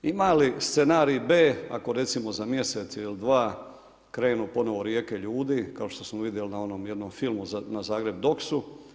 Ima li scenarij B ako recimo za mjesec ili dva krenu ponovo rijeke ljudi kao što smo vidjeli na onom jednom filmu na ZagrebDoxu.